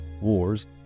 wars